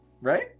right